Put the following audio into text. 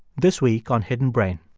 this week on hidden brain